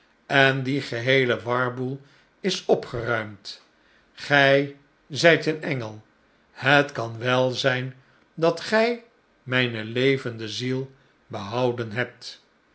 en die geheele warboel is opgeruimd gij zijt een engel het kan wel zijn dat gij mijne levende ziel behouden hebt